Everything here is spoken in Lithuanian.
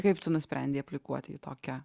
kaip tu nusprendei aplikuoti į tokią